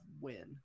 win